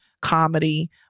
comedy